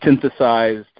synthesized